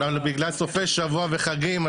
בגלל סופי שבוע וחגים,